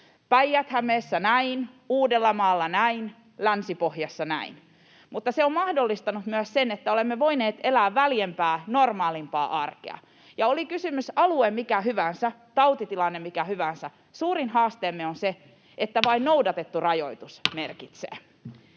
Päijät-Hämeessä näin, Uudellamaalla näin, Länsi-Pohjassa näin. Mutta se on mahdollistanut myös sen, että olemme voineet elää väljempää, normaalimpaa arkea. Ja oli kysymyksessä alue mikä hyvänsä, tautitilanne mikä hyvänsä, suurin haasteemme on se, että vain noudatettu rajoitus merkitsee.